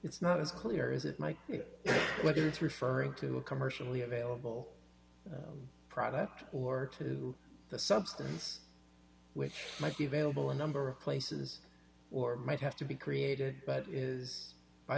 it's not as clear as it might be but it's referring to a commercially available product or to the substance which might be available a number of places or might have to be created but is by